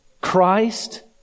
Christ